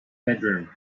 bedroom